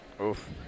Oof